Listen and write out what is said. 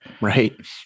Right